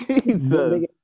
Jesus